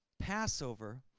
Passover